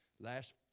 Last